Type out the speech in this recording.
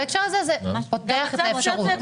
בהקשר הזה, זה פותח את האפשרות.